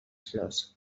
flors